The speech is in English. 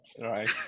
right